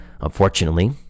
Unfortunately